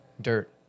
Dirt